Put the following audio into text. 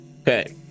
okay